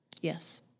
Yes